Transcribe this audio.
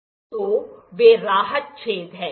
तो वे राहत छेद हैं